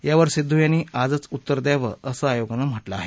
यावर सिद्धू यांनी आजच उत्तर द्यावं असं आयोगानं म्हटलं आहे